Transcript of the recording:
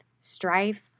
strife